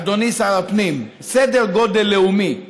אדוני שר הפנים, סדר גודל לאומי.